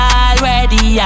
already